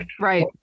right